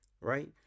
right